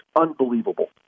unbelievable